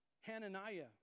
Hananiah